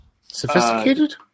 Sophisticated